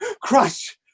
Crush